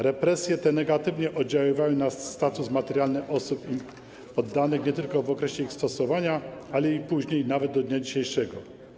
Represje te negatywnie oddziaływały na status materialny osób im poddanych nie tylko w okresie ich stosowania, ale i później, nawet do dnia dzisiejszego.